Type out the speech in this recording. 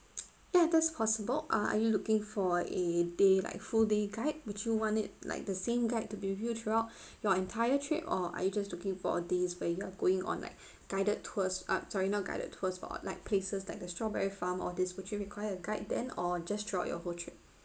ya that's possible ah are you looking for a day like full day guide would you want it like the same guide to be with you throughout your entire trip or are you just looking for a day's where you are going on like guided tours uh sorry not guided tours for like places like the strawberry farm all this would you require a guide then or just throughout your whole trip